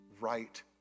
right